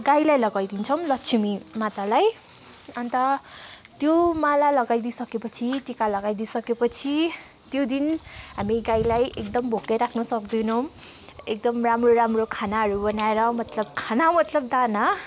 गाईलाई लगाइदिन्छौँ लक्ष्मी मातालाई अन्त त्यो माला लगाई दिइसकेपछि टिका लगाई दिइसकेपछि त्यो दिन हामी गाईलाई एकदम भोकै राख्न सक्दैनौँ एकदम राम्रो राम्रो खानाहरू बनाएर खाना मतलब दाना